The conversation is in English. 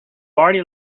already